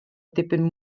dipyn